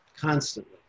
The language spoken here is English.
constantly